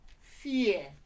fear